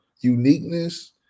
uniqueness